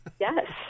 Yes